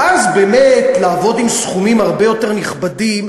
ואז לעבוד עם סכומים הרבה יותר נכבדים,